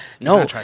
No